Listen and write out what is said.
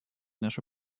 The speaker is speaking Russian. нашу